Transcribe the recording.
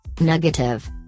Negative